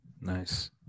Nice